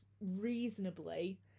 reasonably